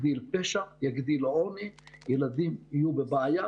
פשע ועוני וילדים יהיו בבעיה.